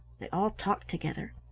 they all talked together,